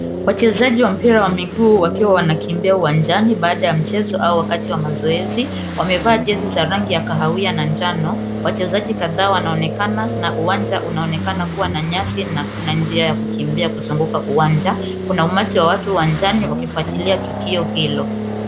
Wachezaji wa mpira wa miguu wakiwa wanakimbia uwanjani baada ya mchezo au wakati wa mazoezi. Wamevaa jezi za rangi ya kahawia na njano . Wachezaji kadhaa wanaonekana na uwanja unaonekana kuwa na nyasi na kuna njia ya kukimbia kuzunguka uwanja. Kuna umati wa watu uwanjani wakifuatilia tukio hilo.